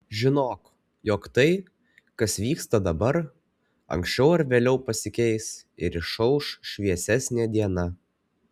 žinok jog tai kas vyksta dabar anksčiau ar vėliau pasikeis ir išauš šviesesnė diena